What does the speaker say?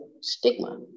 stigma